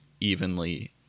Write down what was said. evenly